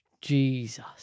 Jesus